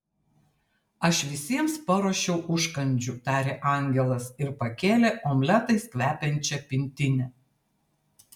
aš visiems paruošiau užkandžių tarė angelas ir pakėlė omletais kvepiančią pintinę